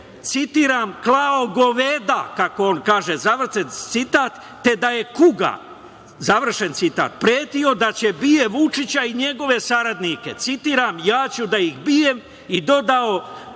citiram - klao goveda, kako on kaže, završen citat, te da je kuga, završen citat, pretio da će da bije Vučića i njegove saradnike, citiram - ja ću da ih bijem, i dodao